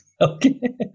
Okay